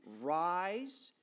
rise